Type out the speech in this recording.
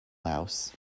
laos